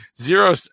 zero